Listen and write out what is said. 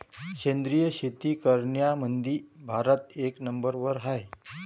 सेंद्रिय शेती करनाऱ्याईमंधी भारत एक नंबरवर हाय